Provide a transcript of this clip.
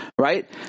right